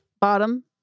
Bottom